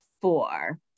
four